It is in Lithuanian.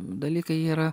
dalykai jie yra